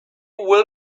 will